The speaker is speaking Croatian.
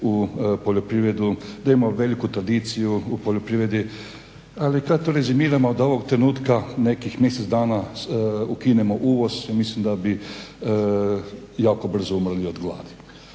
u poljoprivredu, da imamo veliku tradiciju u poljoprivredi, ali kad to rezimiramo do ovog trenutka nekih mjesec dana ukinemo uvoz i mislim da bi jako brzo umrli od gladi.